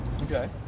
Okay